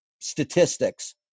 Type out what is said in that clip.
statistics